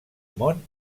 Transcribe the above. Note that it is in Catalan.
món